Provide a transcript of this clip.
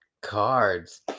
Cards